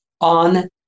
on